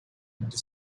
into